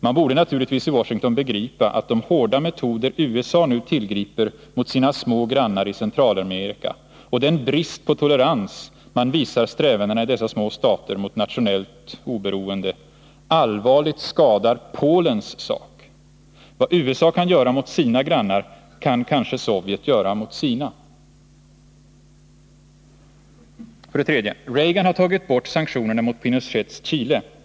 Man borde naturligtvis i Washington begripa att de hårda metoder som USA tillgriper mot sina små grannar i Centralamerika och den brist på tolerans som man visar strävandena i dessa små stater för nationellt oberoende allvarligt skadat Polens sak. Vad USA kan göra mot sina grannar kan kanske Sovjet göra mot sina. 3. Reagan har tagit bort sanktionerna mot Pinochets Chile.